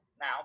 now